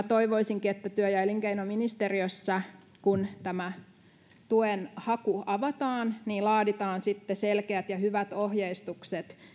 toivoisinkin että työ ja elinkeinoministeriössä kun tuen haku avataan laaditaan sitten selkeät ja hyvät ohjeistukset